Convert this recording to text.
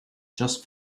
just